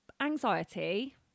anxiety